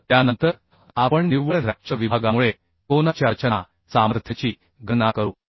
तर त्यानंतर आपण निव्वळ रॅप्चर विभागामुळे कोना च्या रचना सामर्थ्याची गणना करू